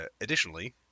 Additionally